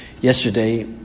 Yesterday